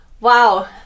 Wow